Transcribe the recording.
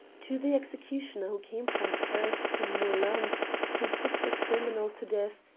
to the executioner, who came from paris to meulan to put the criminal to death,